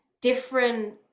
different